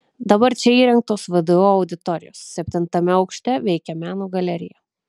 dabar čia įrengtos vdu auditorijos septintame aukšte veikia meno galerija